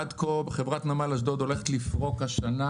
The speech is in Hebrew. עד כה,